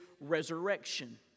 resurrection